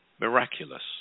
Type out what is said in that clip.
miraculous